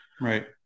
Right